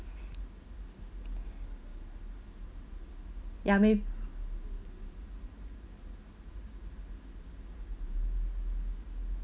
ya may~